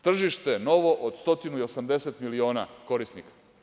Tržište novo od 180 miliona korisnika.